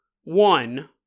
one